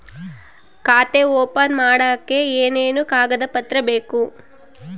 ಖಾತೆ ಓಪನ್ ಮಾಡಕ್ಕೆ ಏನೇನು ಕಾಗದ ಪತ್ರ ಬೇಕು?